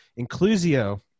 Inclusio